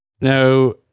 Now